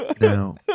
now